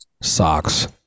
socks